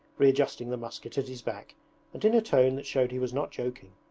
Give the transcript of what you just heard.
readjusting the musket at his back and in a tone that showed he was not joking.